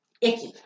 Icky